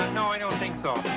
no, i don't think so.